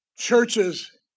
churches